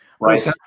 Right